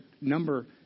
number